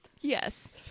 Yes